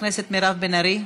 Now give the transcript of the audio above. חברת הכנסת מירב בן ארי,